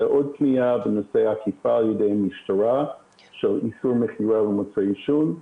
פנייה בנושא אכיפה על ידי המשטרה על איסור מכירת מוצרי עישון.